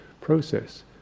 process